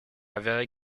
avéré